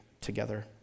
together